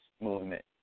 movement